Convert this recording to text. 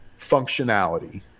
functionality